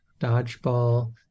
Dodgeball